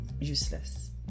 useless